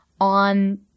on